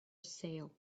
sale